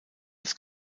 des